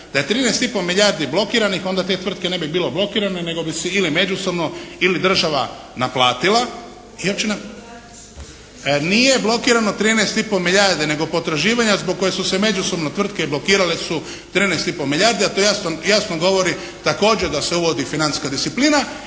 da je 13 i pol milijardi blokiranih onda te tvrtke ne bi bile blokirane nego bi si ili međusobno ili država naplatila inače … …/Upadica sa strane, ne razumije se./… … Nije blokirano 13 i pol milijardi, nego potraživanja zbog kojih su se međusobno tvrtke blokirale su 13 i pol milijardi, a to jasno govori također da se uvodi financijska disciplina